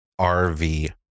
RV